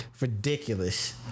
Ridiculous